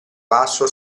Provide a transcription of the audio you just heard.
vaso